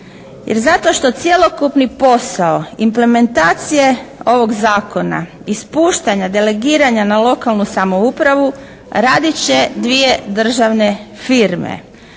Zato što cjelokupni posao implementacije ovog zakona, ispuštanja, delegiranja na lokalnu samoupravu radit će dvije državne firme